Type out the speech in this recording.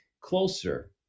closer